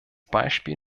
beispiel